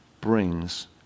brings